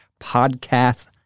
podcast